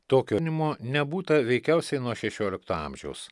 tokio nimo nebūta veikiausiai nuo šešiolikto amžiaus